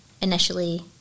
initially